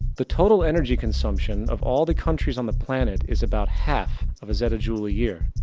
the total energy consumption of all the countries on the planet is about half of a zetajule a year.